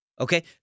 Okay